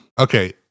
Okay